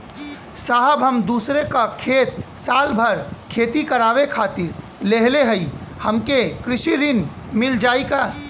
साहब हम दूसरे क खेत साल भर खेती करावे खातिर लेहले हई हमके कृषि ऋण मिल जाई का?